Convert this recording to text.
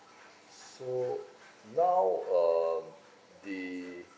so now um the